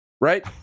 right